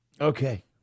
Okay